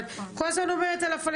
אבל את כל הזמן אומרת על הפלסטינים.